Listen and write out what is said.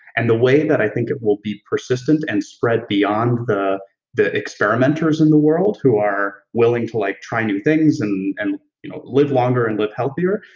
and the way that i think it will be persistent and spread beyond the the experimenters in the world who are willing to like try new things and and you know live longer and live healthier,